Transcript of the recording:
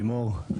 לימור,